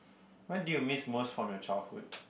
what do you miss most from your childhood